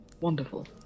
Wonderful